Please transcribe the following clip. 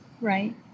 Right